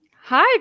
Hi